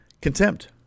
contempt